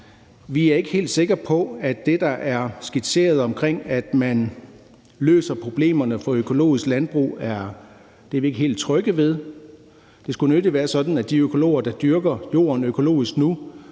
Vi er ikke helt sikre på det, der er skitseret om, at man løser problemerne for økologisk landbrug; det er vi ikke helt trygge ved. Det skulle nødig være sådan, at de økologer, der dyrker jorden økologisk nu,